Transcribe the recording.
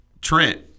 Trent